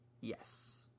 Yes